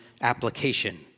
application